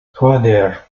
joder